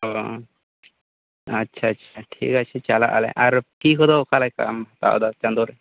ᱚ ᱟᱪᱪᱷᱟ ᱟᱪᱪᱷᱟ ᱴᱷᱤᱠ ᱟᱪᱷᱮ ᱪᱟᱞᱟᱜ ᱟᱞᱮ ᱟᱨ ᱯᱷᱤ ᱠᱚᱫᱚ ᱚᱠᱟᱞᱮᱠᱟᱢ ᱦᱟᱛᱟᱣ ᱮᱫᱟ ᱪᱟᱸᱫᱳ ᱨᱮ